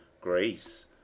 grace